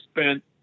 spent